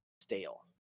stale